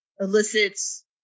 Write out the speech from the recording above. elicits